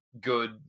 good